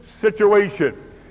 situation